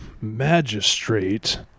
magistrate